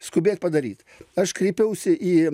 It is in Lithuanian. skubėt padaryt aš kreipiausi į